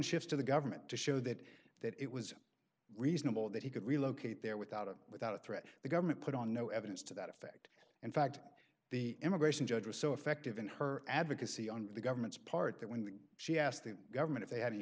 shift to the government to show that that it was reasonable that he could relocate there without it without a threat the government put on no evidence to that effect in fact the immigration judge was so effective in her advocacy under the government's part that when she asked the government if they had any